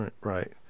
right